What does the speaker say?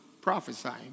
prophesying